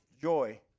joy